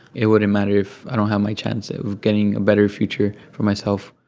it wouldn't matter if i don't have my chance of getting a better future for myself